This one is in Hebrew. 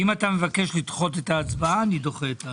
אם אתה מבקש לדחות את ההצבעה אני דוחה את ההצבעה.